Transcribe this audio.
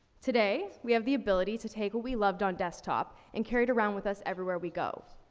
today, we have the ability to take what we loved on desktop and carry it around with us everywhere we go.